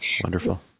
wonderful